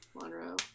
Monroe